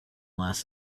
last